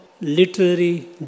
literary